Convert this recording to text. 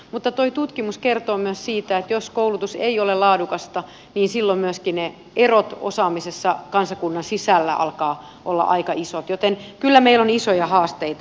mutta tuo tutkimus kertoo myös siitä että jos koulutus ei ole laadukasta niin silloin myöskin ne erot osaamisessa kansakunnan sisällä alkavat olla aika isot joten kyllä meillä on isoja haasteita